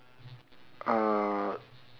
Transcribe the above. uh